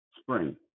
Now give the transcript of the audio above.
Spring